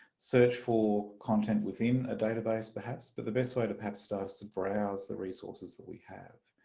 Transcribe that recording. search for content within a database perhaps but the best way to perhaps start is to browse the resources that we have.